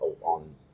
on